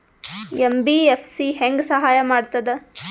MBFC ಹೆಂಗ್ ಸಹಾಯ ಮಾಡ್ತದ?